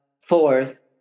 Fourth